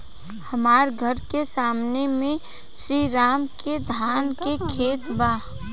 हमर घर के सामने में श्री राम के धान के खेत बा